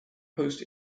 post